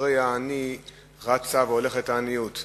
אחרי העני רצה והולכת העניות.